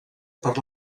per